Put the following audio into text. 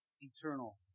eternal